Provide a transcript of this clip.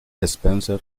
spencer